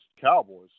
Cowboys